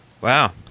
Wow